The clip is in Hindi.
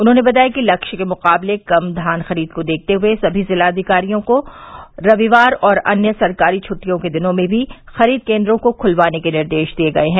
उन्होंने बताया कि लक्ष्य के मुकाबले कम धान खरीद को देखते हुए सभी जिलाविकारियों को रविवार और अन्य सरकारी छुट्टियों के दिनों में भी खरीद केन्द्रों को खुलवाने के निर्देश दिये गये हैं